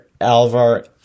Alvar